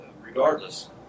regardless